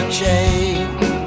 change